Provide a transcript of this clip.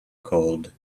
cold